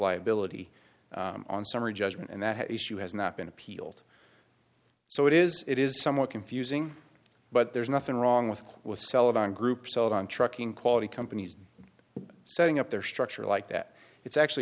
liability on summary judgment and that issue has not been appealed so it is it is somewhat confusing but there's nothing wrong with with celadon groups out on trucking quality companies setting up their structure like that it's actually